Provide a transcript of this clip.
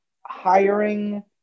hiring